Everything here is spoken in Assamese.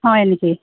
হয় নেকি